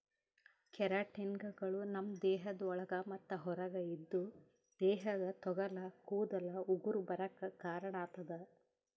ಕೆರಾಟಿನ್ಗಳು ನಮ್ಮ್ ದೇಹದ ಒಳಗ ಮತ್ತ್ ಹೊರಗ ಇದ್ದು ದೇಹದ ತೊಗಲ ಕೂದಲ ಉಗುರ ಬರಾಕ್ ಕಾರಣಾಗತದ